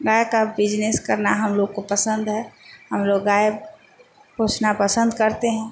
गाय का बिजनेस करना हम लोग को पसन्द है हम लोग गाय पोसना पसन्द करते हैं